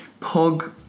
Pog